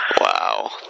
Wow